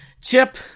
Chip